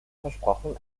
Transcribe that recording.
versprochen